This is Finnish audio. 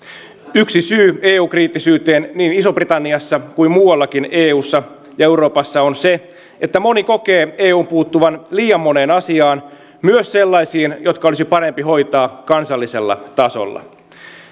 yksi syy eu kriittisyyteen niin isossa britanniassa kuin muuallakin eussa ja euroopassa on se että moni kokee eun puuttuvan liian moneen asiaan myös sellaisiin jotka olisi parempi hoitaa kansallisella tasolla